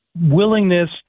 Willingness